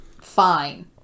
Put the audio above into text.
Fine